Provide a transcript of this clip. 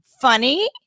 funny